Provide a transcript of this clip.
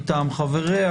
מטעם חבריה,